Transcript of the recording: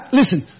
listen